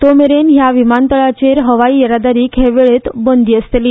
तो मेरेन ह्या विमानतळाचेर हवाई येरादारीक हे वेळेंत बंदी आसतली